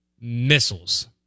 missiles